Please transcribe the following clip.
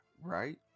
Right